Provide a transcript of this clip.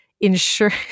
ensure